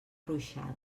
ruixada